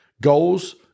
Goals